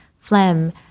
phlegm